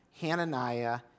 Hananiah